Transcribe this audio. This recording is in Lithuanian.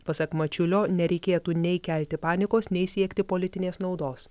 pasak mačiulio nereikėtų nei kelti panikos nei siekti politinės naudos